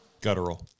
Guttural